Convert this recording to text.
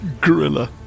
gorilla